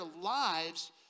lives